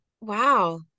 wow